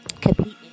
competing